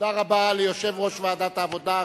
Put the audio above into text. תודה רבה ליושב-ראש ועדת העבודה,